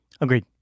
Agreed